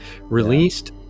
released